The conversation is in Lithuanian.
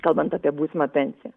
kalbant apie būsimą pensiją